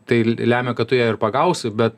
tai lemia kad tu ją ir pagausi bet